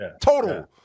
total